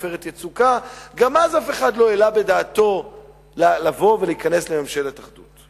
"עופרת יצוקה"; גם אז אף אחד לא העלה בדעתו לבוא ולהיכנס לממשלת אחדות.